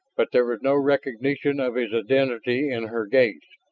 but there was no recognition of his identity in her gaze,